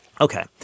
Okay